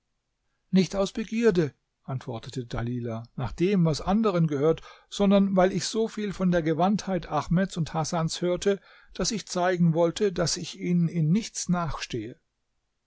nicht aus begierde antwortete dalilah nach dem was anderen gehört sondern weil ich so viel von der gewandtheit ahmeds und hasans hörte daß ich zeigen wollte daß ich ihnen in nichts nachstehe